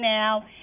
now